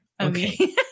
Okay